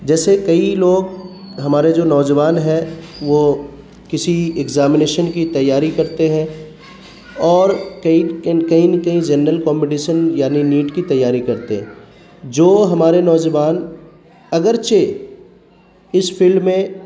جیسے کئی لوگ ہمارے جو نوجوان ہیں وہ کسی ایگزامینیشن کی تیاری کرتے ہیں اور کہیں نہ کہیں جنرل کمپٹیشن یعنی نیٹ کی تیاری کرتے ہیں جو ہمارے نوجبان اگرچہ اس فیلڈ میں